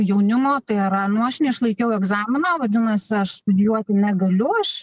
jaunimo tai yra nu aš neišlaikiau egzamino vadinas aš studijuoti negaliu aš